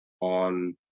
on